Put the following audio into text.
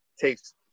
takes